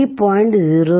253